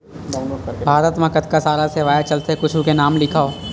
भारत मा कतका सारा सेवाएं चलथे कुछु के नाम लिखव?